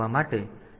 તેથી TH 2 TL 2